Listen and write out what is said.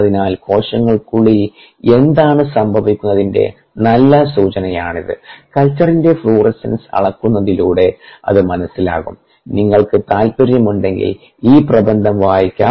അതിനാൽ കോശങ്ങൾക്കുളിൽ എന്താണ് സംഭവിക്കുന്നതെന്നതിന്റെ നല്ല സൂചനയാണിത് കൽച്ചറിന്റെ ഫ്ലൂറസെൻസ് അളക്കുന്നതിലൂടെ അത് മനസ്സിലാകും നിങ്ങൾക്ക് താൽപ്പര്യമുണ്ടെങ്കിൽ ഈ പ്രബന്ധം വായിക്കാം